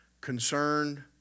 concerned